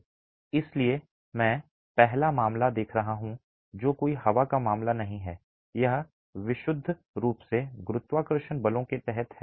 इसलिए मैं पहला मामला देख रहा हूं जो कोई हवा का मामला नहीं है यह विशुद्ध रूप से गुरुत्वाकर्षण बलों के तहत है